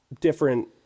different